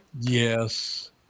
Yes